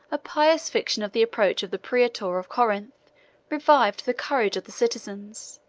a pious fiction of the approach of the praetor of corinth revived the courage of the citizens.